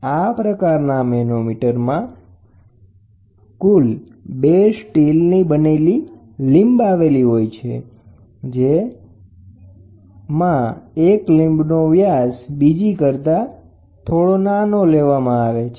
આ પ્રકારના મેનોમીટર માં 2 સ્ટીલની બનેલી લીંબ આવેલી હોય છે જેમાં એક લીંબ બીજા કરતા મોટા વ્યાસની હોય છે